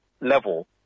level